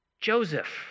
Joseph